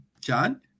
John